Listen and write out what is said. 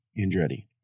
Andretti